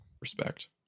Respect